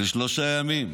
לשלושה ימים,